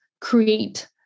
create